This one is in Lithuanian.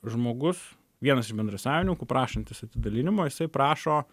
žmogus vienas iš bendrasavininkų prašantis atidalinimo jisai prašo